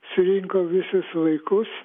surinko visus vaikus